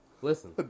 Listen